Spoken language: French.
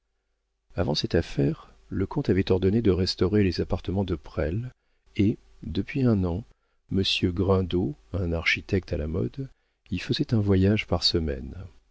avant cette affaire le comte avait ordonné de restaurer les appartements de presles et depuis un an monsieur grindot un architecte à la mode y faisait un voyage par semaine